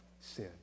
sin